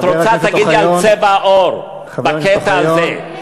את רוצה, תגידי על צבע העור, בקטע הזה.